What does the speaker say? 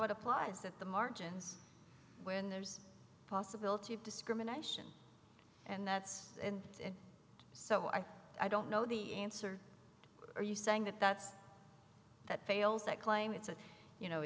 poet applies at the margins when there's a possibility of discrimination and that's so i i don't know the answer are you saying that that's that fails that claim it's a you know